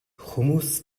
хүмүүс